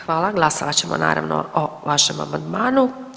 Hvala, glasovat ćemo naravno o vašem amandmanu.